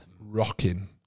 rocking